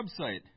website